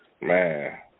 Man